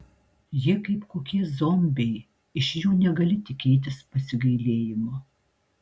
jie kaip kokie zombiai iš jų negali tikėtis pasigailėjimo